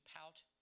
pout